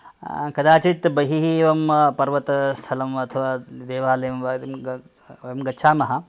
कदाचित् बहिः एवं पर्वतस्थलम् अथवा देवालयं वा गच्छामः